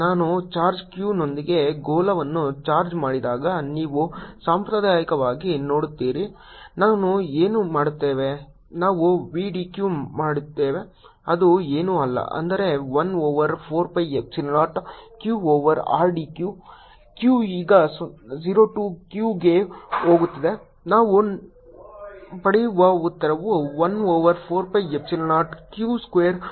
ನಾನು charge q ನೊಂದಿಗೆ ಗೋಳವನ್ನು ಚಾರ್ಜ್ ಮಾಡಿದಾಗ ನೀವು ಸಾಂಪ್ರದಾಯಿಕವಾಗಿ ನೋಡುತ್ತೀರಿ ನಾವು ಏನು ಮಾಡುತ್ತೇವೆ ನಾವು vdq ಮಾಡುತ್ತೇವೆ ಅದು ಏನೂ ಅಲ್ಲ ಆದರೆ 1 over 4 pi epsilon 0 q over rdq q ಈಗ 0 ಟು Q ಗೆ ಹೋಗುತ್ತದೆ ಮತ್ತು ನಾವು ಪಡೆಯುವ ಉತ್ತರವು 1 over 4 pi epsilon 0 q square over 2 r ಆಗಿದೆ